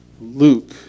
Luke